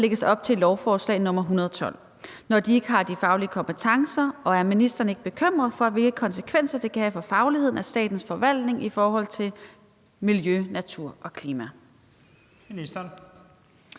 lægges op til med lovforslag nr. L 112, når de ikke har de faglige kompetencer, og er ministeren ikke bekymret for, hvilke konsekvenser det kan have for fagligheden af statens forvaltning i forhold til miljø, natur og klima? Første